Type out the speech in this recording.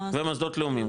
זה מוסדות לאומיים,